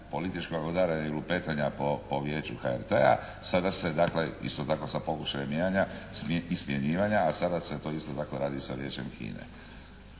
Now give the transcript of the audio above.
političkog udaranja i lupetanja po Vijeću HRT-a. Sada se dakle isto sa pokušajem mijenjanja i smjenjivanja, a sada se to isto tako radi sa Vijećem HINA-e.